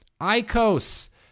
Icos